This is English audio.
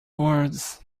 words